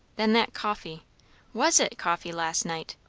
then that coffee was it coffee, last night?